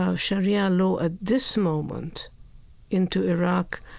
ah sharia law at this moment into iraq,